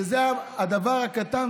וזה הדבר הקטן,